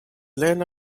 lena